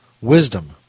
wisdom